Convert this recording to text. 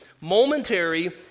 momentary